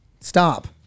stop